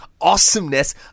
awesomeness